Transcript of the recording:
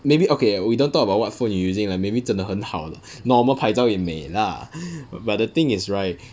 maybe okay we don't talk about what phone you using like maybe 真的很好 normal 拍照也美 lah but but the thing is right